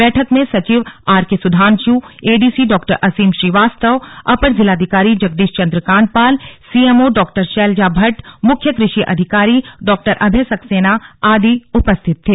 बैठक में सचिव आरके सुधांशएडीसी डा असीम श्रीवास्तव अपर जिलाधिकारी जगदीश चन्द्र काण्डपाल सीएमओ डा शैलजा भट्ट मुख्य कृषि अधिकारी डा अभय सक्सेना आदि उपस्थित थे